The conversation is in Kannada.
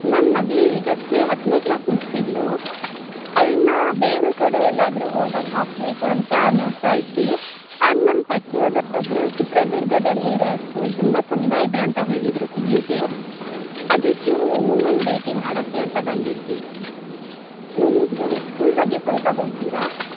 ನನ್ನ ಮಗಳು ಈಗಷ್ಟೇ ಹತ್ತನೇ ಕ್ಲಾಸ್ ಮುಗಿಸಿದಳು ಅವಳನ್ನ ಬೇರೆ ಕಡೆ ಎಲ್ಲಾದರೂ ಓದಕ್ಕೆ ಹಾಕಬೇಕು ಅಂತ ನೋಡ್ತಾ ಇದ್ವಿ ಆಗ ನಮ್ಮ ಪರಿಚಯದವರೊಬ್ಬರು ಚಿತ್ರದುರ್ಗದಲ್ಲಿರೊ ಸ್ಕೂಲ್ ತುಂಬ ಚಂದ ಇದೆ ಅಂತ ಹೇಳಿದರು ಪಿ ಯುಗೆ ಅದಕ್ಕೆ ನಿಮ್ಮನ್ನು ಭೇಟಿ ಮಾಡೋಕ್ಕೆ ಅಂತ ಬಂದಿದ್ವಿ ನಿಮ್ಮದು ಸ್ಕೂಲ್ ಬಗ್ಗೆ ಸ್ವಲ್ಪ ಹೇಳ್ತೀರಾ